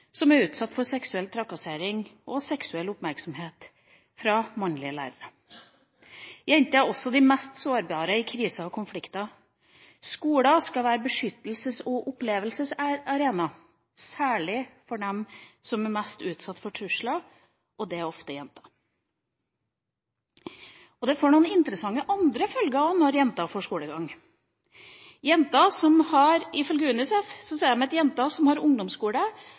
som er utsatt for seksuell trakassering og seksuell oppmerksomhet fra mannlige lærere. Jenter er også de mest sårbare i kriser og konflikter. Skoler skal være beskyttelses- og opplevelsesarenaer, særlig for dem som er mest utsatt for trusler, og det er ofte jenter. Det får andre interessante følger også når jenter får skolegang. Ifølge UNICEF har jenter som har ungdomsskole, opptil seks ganger mindre risiko for å bli barnebrud, enn de som ikke har